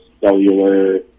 cellular